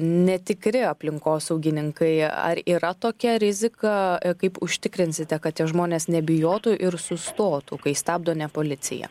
netikri aplinkosaugininkai ar yra tokia rizika kaip užtikrinsite kad tie žmonės nebijotų ir sustotų kai stabdo ne policija